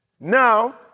Now